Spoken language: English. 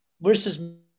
versus